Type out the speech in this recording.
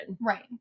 Right